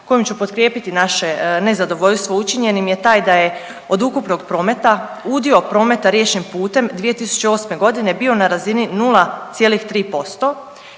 kojim ću potkrijepiti naše nezadovoljstvo učinjenim je taj da je od ukupnog prometa udio prometa riječnim putem 2008. godine bio na razini 0,3%